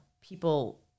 people